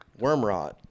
Wormrot